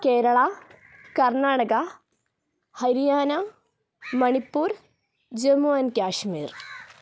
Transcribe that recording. Kerala Karnataka Haryana Manipur Jammu and Kashmir